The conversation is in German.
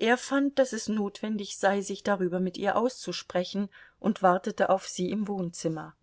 er fand daß es notwendig sei sich darüber mit ihr auszusprechen und wartete auf sie im wohnzimmer